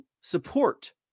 support